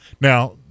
Now